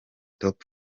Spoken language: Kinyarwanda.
top